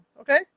Okay